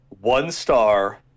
one-star